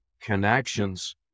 connections